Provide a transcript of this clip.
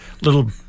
little